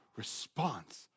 response